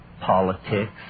politics